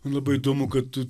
labai įdomu kad tu